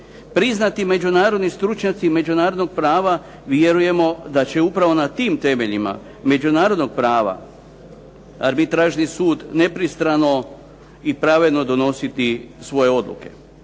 Priznati međunarodni stručnjaci međunarodnog prava vjerujemo da će upravo na tim temeljima međunarodnog prava arbitražni sud nepristrano i pravedno donositi svoje odluke.